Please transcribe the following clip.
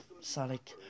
Sonic